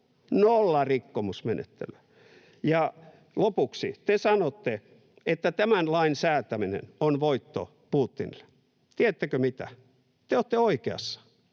nolla rikkomusmenettelyä. Ja lopuksi: Te sanotte, että tämän lain säätäminen on voitto Putinille. Tiedättekö mitä: te olette oikeassa.